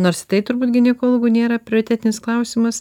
nors tai turbūt ginekologų nėra prioritetinis klausimas